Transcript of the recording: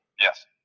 yes